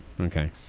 Okay